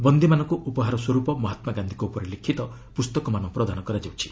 ବନ୍ଦୀମାନଙ୍କୁ ଉପହାରସ୍ୱର୍ପ ମହାତ୍ମାଗାନ୍ଧିଙ୍କ ଉପରେ ଲିଖିତ ପୁସ୍ତକମାନ ପ୍ରଦାନ କରାଯାଉଛି